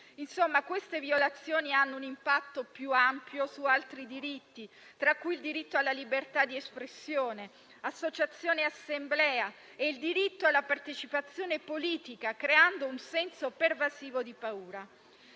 egiziano. Queste violazioni hanno un impatto più ampio su altri diritti, tra cui quelli alla libertà di espressione, associazione, assemblea e partecipazione politica, creando un senso pervasivo di paura.